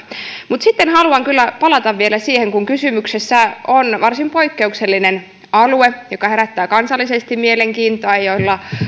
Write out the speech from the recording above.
mutta sitten haluan kyllä palata vielä siihen että kysymyksessä on varsin poikkeuksellinen alue joka herättää kansallisesti mielenkiintoa ja